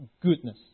goodness